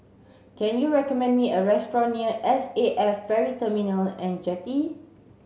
can you recommend me a restaurant near S A F Ferry Terminal and Jetty